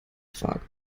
quark